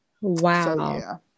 Wow